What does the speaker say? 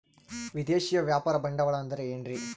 ವಿದೇಶಿಯ ವ್ಯಾಪಾರ ಬಂಡವಾಳ ಅಂದರೆ ಏನ್ರಿ?